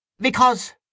Because